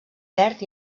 verd